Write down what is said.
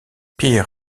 pier